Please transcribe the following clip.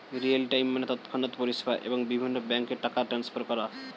real time মানে তৎক্ষণাৎ পরিষেবা, এবং কিভাবে ব্যাংকে টাকা ট্রান্সফার করা